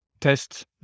test